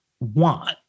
want